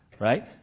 Right